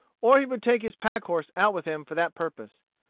or he would take his pack-horse out with him for that purpose.